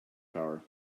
power